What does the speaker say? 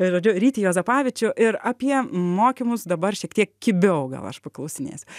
žodžiu ryti juozapavičiau ir apie mokymus dabar šiek tiek kibiau gal aš paklausinėsiu